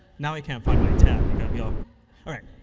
now i can't find my tab. you got me off. all right,